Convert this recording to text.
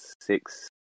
six